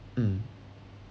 mm